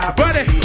buddy